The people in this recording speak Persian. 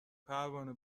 پروانه